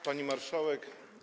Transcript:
Pani Marszałek!